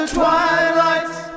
twilight's